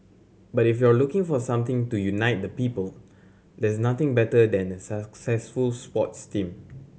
but if you're looking for something to unite the people there's nothing better than a successful sports team